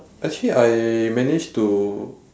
actually I managed to